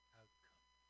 outcome